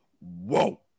Whoa